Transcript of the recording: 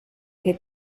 che